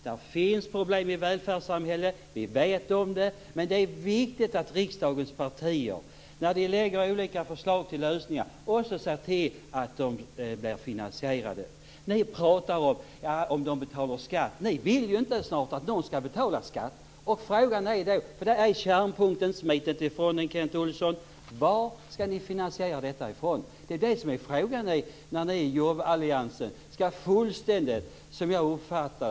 Det finns problem i välfärdssamhället. Vi vet om det, men det är viktigt att riksdagens partier när de lägger fram olika förslag till lösningar också ser till att de blir finansierade. Ni pratar om dem som betalar skatt. Ni vill ju snart inte att någon skall betala skatt. Frågan är då: Hur skall ni finansiera detta? Det är kärnpunkten. Smit inte ifrån den, Kent Olsson. Som jag uppfattar det skall ni i jobballiansen fullständigt släppa marknaden fri.